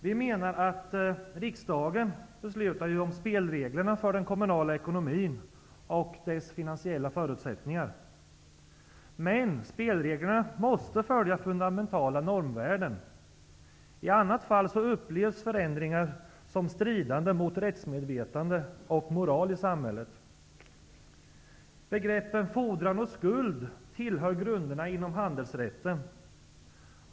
Vi menar att riksdagen ju beslutar om spelreglerna för den kommunala ekonomin och om dess finansiella förutsättningar. Men spelreglerna måste följa fundamentala normvärden, för i annat fall upplevs förändringen som stridande mot rättsmedvetande och moral i samhället. Begreppen fordran och skuld tillhör grunderna inom handelsrätten.